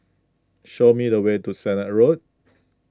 show me the way to Sennett Road